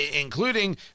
including